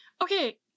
Okay